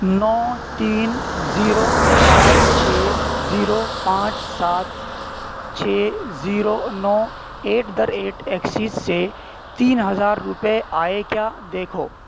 نو تین زیرو چار چھ زیرو پانچ سات چھ زیرو نو ایٹ دا ریٹ ایکسس سے تین ہزار روپے آئے کیا دیکھو